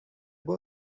boy